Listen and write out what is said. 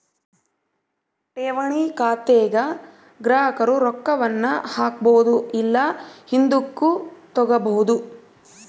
ಠೇವಣಿ ಖಾತೆಗ ಗ್ರಾಹಕರು ರೊಕ್ಕವನ್ನ ಹಾಕ್ಬೊದು ಇಲ್ಲ ಹಿಂದುಕತಗಬೊದು